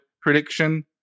prediction